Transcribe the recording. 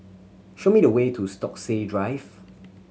show me the way to Stokesay Drive